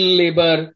labor